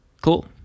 cool